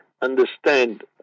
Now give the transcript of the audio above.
understand